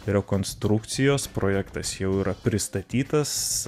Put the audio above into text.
rekonstrukcijos projektas jau yra pristatytas